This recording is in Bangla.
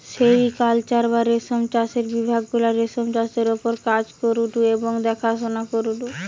সেরিকালচার বা রেশম চাষের বিভাগ গুলা রেশমের চাষের ওপর কাজ করঢু এবং দেখাশোনা করঢু